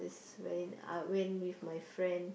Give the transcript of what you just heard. this when I went with my friend